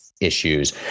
issues